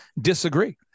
disagree